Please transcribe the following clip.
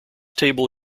table